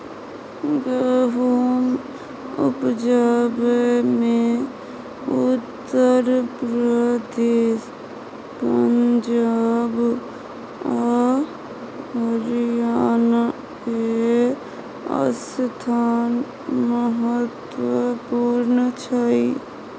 गहुम उपजाबै मे उत्तर प्रदेश, पंजाब आ हरियाणा के स्थान महत्वपूर्ण छइ